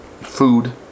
Food